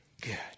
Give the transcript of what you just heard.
good